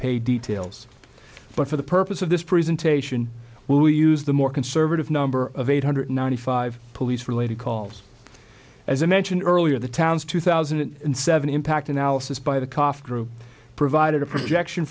pay details but for the purpose of this presentation will use the more conservative number of eight hundred ninety five police related calls as i mentioned earlier the town's two thousand and seven impact analysis by the cough group provided a projection